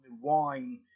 wine